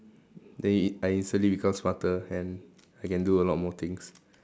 the it I recently become smarter and I can do a lot more things